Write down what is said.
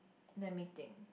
let me think